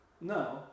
No